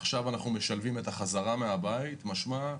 עכשיו משלבים את החזרה מהבית משמע,